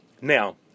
Now